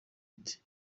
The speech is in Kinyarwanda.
ati